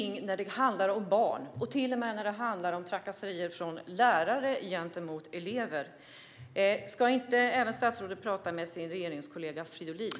När det handlar om barn och trakasserier från lärare gentemot elever ska inte statsrådet prata med sin regeringskollega Fridolin?